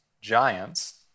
giants